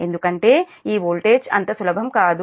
ఎందుకంటే ఈ వోల్టేజ్ అంత సులభం కాదు